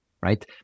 right